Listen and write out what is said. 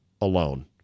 alone